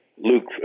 Luke